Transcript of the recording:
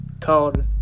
called